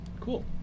Cool